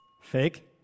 Fake